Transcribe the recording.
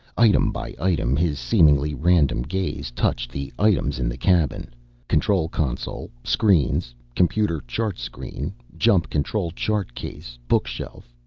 item by item his seemingly random gaze touched the items in the cabin control console, screens, computer, chart screen, jump control chart case, bookshelf.